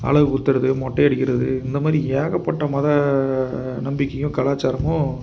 அலகு குத்துவது மொட்டை அடிக்கிறது இந்த மாதிரி ஏகப்பட்ட மத நம்பிக்கையும் கலாச்சாரமும்